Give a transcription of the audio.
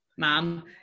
Mom